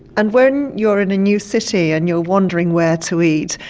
and when you're in a new city and you're wondering where to eat,